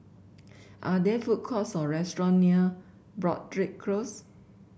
are there food courts or restaurant near Broadrick Close